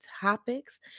topics